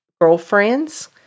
girlfriends